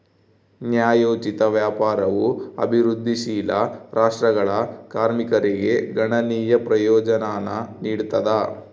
ನ್ಯಾಯೋಚಿತ ವ್ಯಾಪಾರವು ಅಭಿವೃದ್ಧಿಶೀಲ ರಾಷ್ಟ್ರಗಳ ಕಾರ್ಮಿಕರಿಗೆ ಗಣನೀಯ ಪ್ರಯೋಜನಾನ ನೀಡ್ತದ